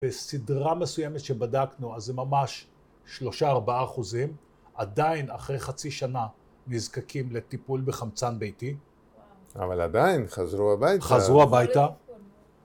בסדרה מסוימת שבדקנו אז זה ממש שלושה ארבעה אחוזים עדיין אחרי חצי שנה נזקקים לטיפול בחמצן ביתי אבל עדיין חזרו הביתה